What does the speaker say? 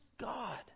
God